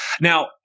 Now